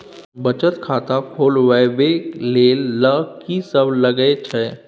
बचत खाता खोलवैबे ले ल की सब लगे छै?